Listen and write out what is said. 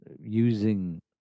using